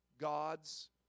God's